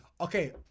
Okay